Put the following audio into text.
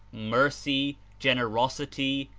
mercy, generosity,